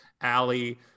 Allie